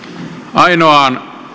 ainoaan